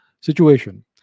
situation